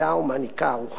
ומעניקה ארוחה.